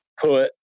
put